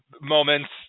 moments